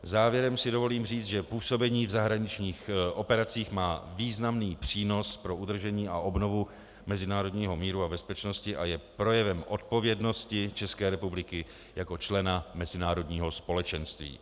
Závěrem si dovolím říci, že působení v zahraničních operacích má významný přínos pro udržení a obnovu mezinárodního míru a bezpečnosti a je projevem odpovědnosti České republiky jako člena mezinárodního společenství.